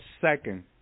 second